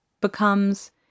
becomes